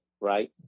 right